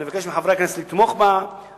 אני מבקש מחברי הכנסת לתמוך בהצעה.